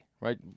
right